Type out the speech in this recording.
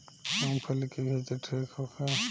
मूँगफली के खेती ठीक होखे?